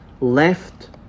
left